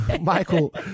Michael